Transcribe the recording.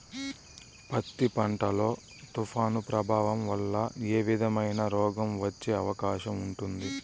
పత్తి పంట లో, తుఫాను ప్రభావం వల్ల ఏ విధమైన రోగం వచ్చే అవకాశం ఉంటుంది?